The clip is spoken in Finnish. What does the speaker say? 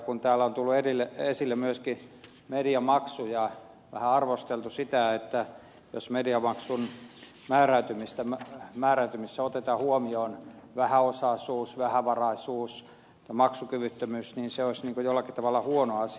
kun täällä on tullut esille myöskin mediamaksu ja vähän arvosteltu sitä että jos mediamaksun määräytymisessä otetaan huomioon vähäosaisuus vähävaraisuus maksukyvyttömyys niin se olisi niin kuin jollakin tavalla huono asia